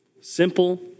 Simple